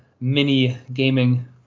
mini-gaming